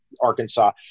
Arkansas